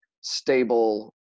stable